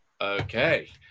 Okay